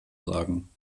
sagen